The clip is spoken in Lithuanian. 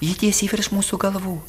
ji tiesiai virš mūsų galvų